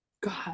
God